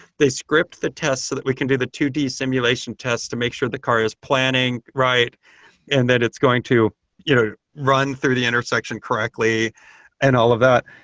they script the test so that we can do the two d simulation test to make sure the car is planning right and that it's going to get you know run through the intersection correctly and all of that.